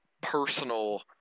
personal